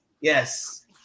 Yes